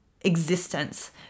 existence